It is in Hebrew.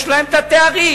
יש להם את התארים,